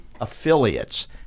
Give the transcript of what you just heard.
affiliates